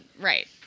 Right